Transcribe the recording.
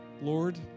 Lord